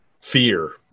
fear